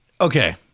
Okay